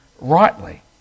rightly